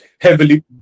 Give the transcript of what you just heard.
heavily